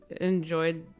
enjoyed